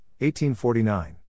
1849